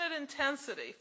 intensity